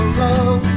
love